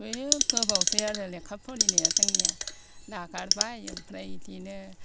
बिराद गोबावसै आरो लेखा फरायनाया जोंनिया नागारबाय आमफ्राय बिदिनो